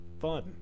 Fun